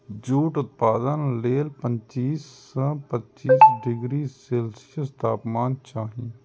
jute उत्पादन लेल पच्चीस सं पैंतीस डिग्री सेल्सियस तापमान चाही